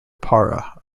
para